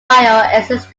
exists